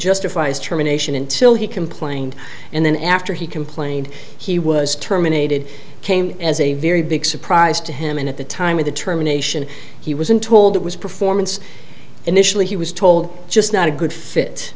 justify his termination until he complained and then after he complained he was terminated came as a very big surprise to him and at the time of the terminations he was in told it was performance initially he was told just not a good fit